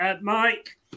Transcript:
Mike